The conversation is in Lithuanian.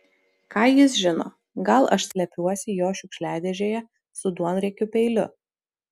ką jis žino gal aš slepiuosi jo šiukšliadėžėje su duonriekiu peiliu